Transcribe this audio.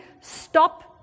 stop